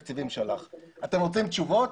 אתם רוצים תשובות?